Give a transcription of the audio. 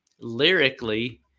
lyrically